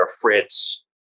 Fritz